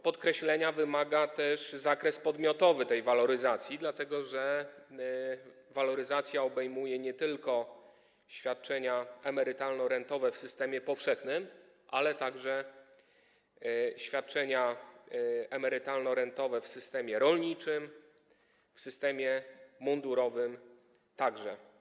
Podkreślenia wymaga też zakres podmiotowy tej waloryzacji, dlatego że waloryzacja obejmuje nie tylko świadczenia emerytalno-rentowe w systemie powszechnym, ale także świadczenia emerytalno-rentowe w systemie rolniczym, w systemie mundurowym także.